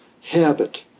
habit